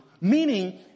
Meaning